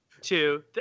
two